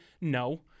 No